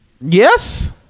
Yes